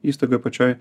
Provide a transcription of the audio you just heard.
įstaigoj pačioj